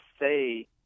say